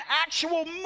actual